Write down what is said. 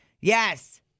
Yes